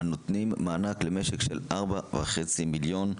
הנותנים מענק למשק של 4.5 מיליון עובדים.